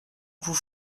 vous